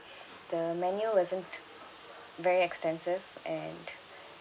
the menu wasn't very extensive and